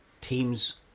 teams